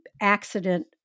accident